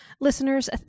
Listeners